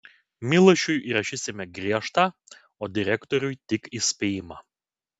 milašiui įrašysime griežtą o direktoriui tik įspėjimą